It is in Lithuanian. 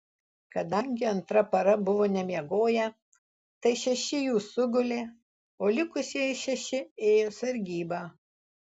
kadangi antra para buvo nemiegoję tai šeši jų sugulė o likusieji šeši ėjo sargybą